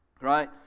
right